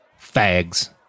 Fags